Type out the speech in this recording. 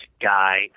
guy